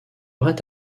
aurait